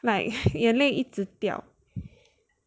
like 眼泪一直掉